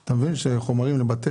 אתם מבינים שהולכים למסות חומרים לבתי